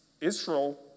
Israel